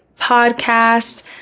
podcast